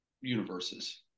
universes